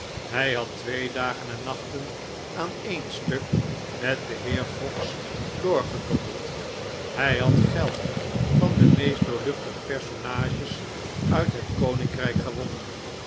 hij had twee dagen en nachten aan een stuk met den heer fox door gedobbeld hij had geld van de meest doorluchtige personages uit het koninkrijk gewonnen